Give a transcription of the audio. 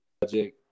project